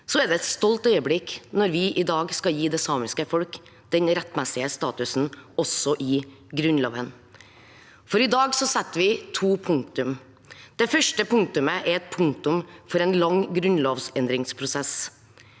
er det et stolt øyeblikk når vi i dag skal gi det samiske folk den rettmessige statusen også i Grunnloven. I dag setter vi to punktum. Det første punktumet er et punktum for en lang grunnlovsendringsprosess.